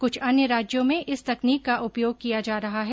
कुछ अन्य राज्यों में इस तकनीक का उपयोग किया जा रहा है